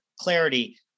clarity